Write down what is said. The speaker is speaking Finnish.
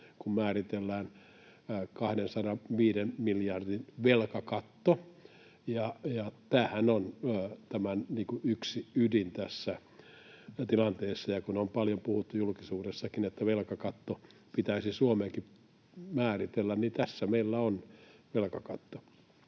määritellään 205 miljardin velkakatto, ja tämähän on yksi ydin tässä tilanteessa. Ja kun on paljon puhuttu julkisuudessakin, että Suomenkin pitäisi määritellä velkakatto, niin tässä meillä on velkakatto.